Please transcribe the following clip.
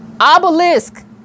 obelisk